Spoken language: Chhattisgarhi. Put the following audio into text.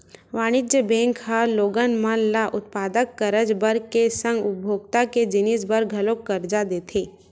वाणिज्य बेंक ह लोगन मन ल उत्पादक करज बर के संग उपभोक्ता के जिनिस बर घलोक करजा देथे